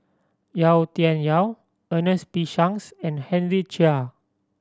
Yau Tian Yau Ernest P Shanks and Henry Chia